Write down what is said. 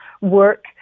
work